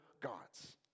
gods